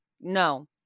no